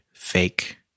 fake